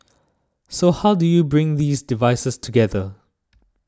so how do you bring these devices together